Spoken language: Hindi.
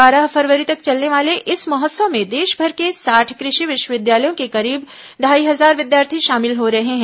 बारह फरवरी तक चलने वाले इस महोत्सव में देशभर के साठ कृषि विश्वविद्यालयों के करीब ढ़ाई हजार विद्यार्थी शामिल हो रहे हैं